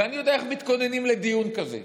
ואני יודע איך מתכוננים לדיון כזה.